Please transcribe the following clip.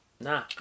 nah